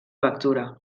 lectura